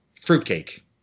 fruitcake